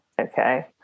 Okay